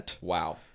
Wow